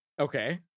Okay